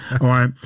right